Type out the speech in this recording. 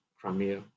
Crimea